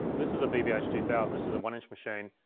this is a bvh two thousand. this is a one inch machine.